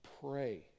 Pray